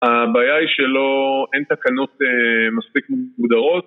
הבעיה היא שלא... אין תקנות אה... מספיק מוגדרות